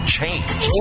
Change